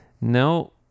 no